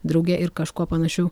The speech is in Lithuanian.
drauge ir kažkuo panašių